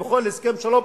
ובכל הסכם שלום,